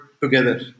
together